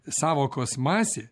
sąvokos masė